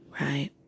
Right